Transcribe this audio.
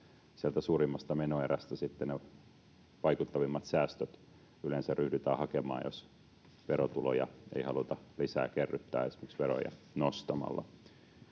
sieltä suurimmasta menoerästä sitten ne vaikuttavimmat säästöt yleensä ryhdytään hakemaan, jos verotuloja ei haluta lisää kerryttää esimerkiksi veroja nostamalla.